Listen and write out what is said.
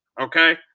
okay